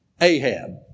Ahab